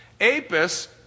Apis